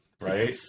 right